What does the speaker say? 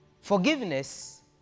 Forgiveness